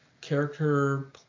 character